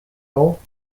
ans